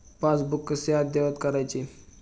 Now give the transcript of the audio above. Passbook कसे अद्ययावत करायचे?